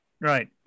right